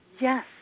yes